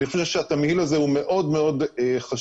אני חושב שהתמהיל הזה הוא מאוד מאוד חשוב.